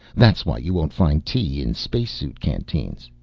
that's why you won't find tea in spacesuit canteens.